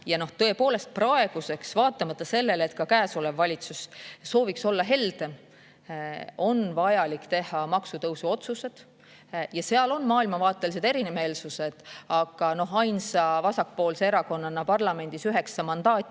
otsust. Tõepoolest, praeguseks, vaatamata sellele, et ka käesolev valitsus sooviks olla heldem, on vajalik teha maksutõusu otsused. On maailmavaatelised erimeelsused ja ainsa vasakpoolse erakonnana parlamendis – üheksa mandaati